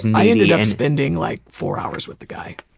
and i ended up spending like four hours with the guy.